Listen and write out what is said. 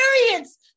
experience